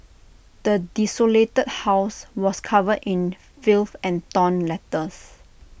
the desolated house was covered in filth and torn letters